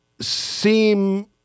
seem—